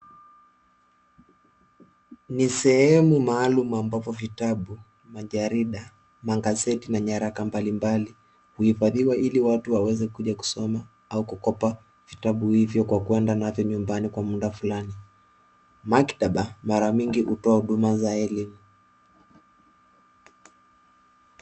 Ni sehemu maalum ambapo vitabu, majarida, magazeti na nyaraka mbalimbali uhifadhi wa ili watu waweze kuja kusoma au kukopa vitabu hivyo kwa kuenda nayo nyumbani kwa muda fulani. Maktaba mara nyingi hutoa huduma za elimu.